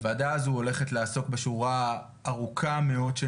הוועדה הזאת הולכת לעסוק בשורה ארוכה מאוד של